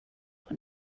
when